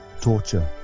torture